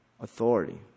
authority